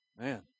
man